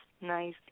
Nice